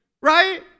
Right